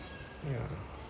ya